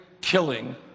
killing